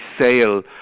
sale